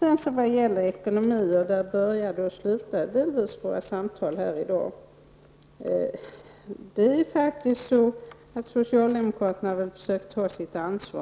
När det gäller ekonomin, där våra samtal delvis börjar och slutar i dag, har socialdemokraterna nu försökt att ta sitt ansvar.